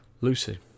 Lucy